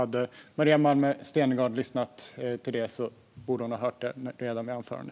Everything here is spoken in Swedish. Hade Maria Malmer Stenergard lyssnat borde hon ha hört detta i mitt anförande.